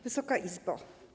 Wysoka Izbo!